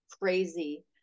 crazy